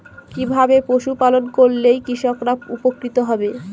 কিভাবে পশু পালন করলেই কৃষকরা উপকৃত হবে?